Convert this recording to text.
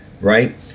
right